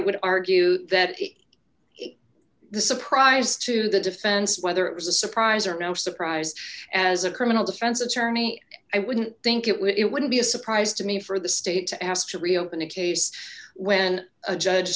would argue that the surprise to the defense whether it was a surprise or no surprise as a criminal defense attorney i wouldn't think it would be a surprise to me for the state to ask to reopen a case when a judge